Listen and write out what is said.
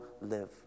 live